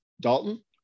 Dalton